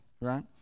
right